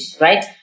right